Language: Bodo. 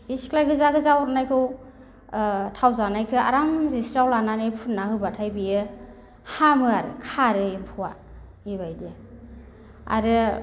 बे सिख्लाइ गोजा गोजा अरनायखौ थाव जानायखौ आराम जिस्रियाव लानानै फुननानै होबाथाय बेयो हामो आरो खारो एम्फौआ बेबायदि आरो